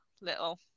little